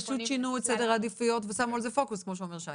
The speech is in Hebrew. כי פשוט שינו את סדר העדיפויות ושמו על זה פוקוס כמו שאומר שי.